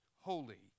holy